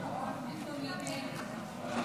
פעם ראשונה,